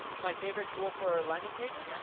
my favorite tool for landing pages? yep.